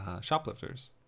Shoplifters